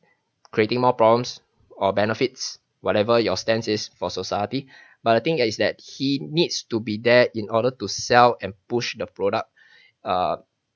creating more problems or benefits whatever your stance is for society but the thing that is that he needs to be there in order to sell and push the product ah